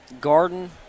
Garden